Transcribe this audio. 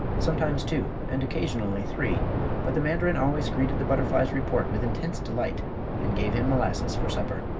sometimes two, and occasionally three but the mandarin always greeted the butterfly's report with intense delight and gave him molasses for supper.